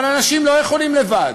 אבל אנשים לא יכולים לבד,